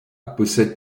possède